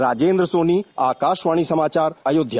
राजेन्द्र सोनी आकाशवाणी समाचार अयोध्या